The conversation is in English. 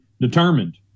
determined